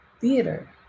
Theater